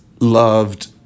loved